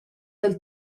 dal